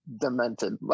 demented